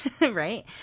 Right